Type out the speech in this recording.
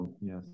yes